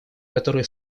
которые